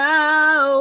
Now